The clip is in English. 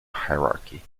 hierarchy